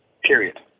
period